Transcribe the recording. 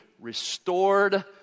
restored